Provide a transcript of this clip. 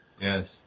Yes